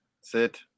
Sit